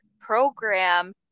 program